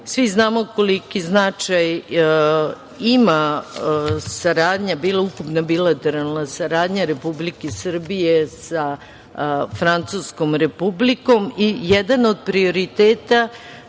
Svi znamo koliki značaj ima saradnja, bilo ukupna, bilo bilateralna saradnja Republike Srbije sa Francuskom Republikom. Jedan od prioriteta